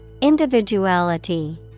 Individuality